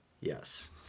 Yes